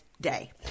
Day